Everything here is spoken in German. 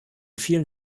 vielen